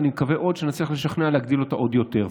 ואני מקווה עוד שנצליח לשכנע להגדיל אותה עוד יותר.